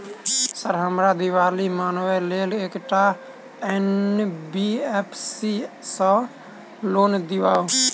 Sir हमरा दिवाली मनावे लेल एकटा एन.बी.एफ.सी सऽ लोन दिअउ?